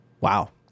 Wow